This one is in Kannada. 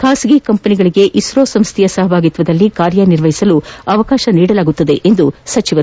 ಖಾಸಗಿ ಕಂಪನಿಗಳಿಗೆ ಇಸ್ರೋ ಸಂಸ್ಥೆಯ ಸಹಭಾಗಿತ್ವದಲ್ಲಿ ಕಾರ್ಯನಿರ್ವಹಿಸಲು ಅವಕಾಶ ನೀಡಲಾಗುವುದು ಎಂದರು